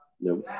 No